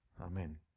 Amen